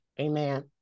amen